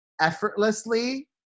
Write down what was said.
effortlessly